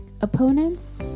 Opponents